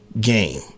game